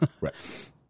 Right